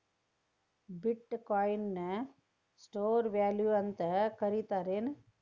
ಬಿಟ್ coin ನ store value ಅಂತ ಕರಿತಾರೆನ್